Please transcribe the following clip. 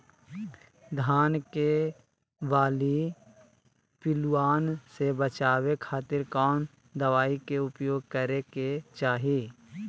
धान के बाली पिल्लूआन से बचावे खातिर कौन दवाई के उपयोग करे के चाही?